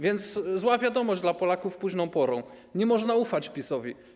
Więc zła wiadomość dla Polaków późną porą: nie można ufać PiS-owi.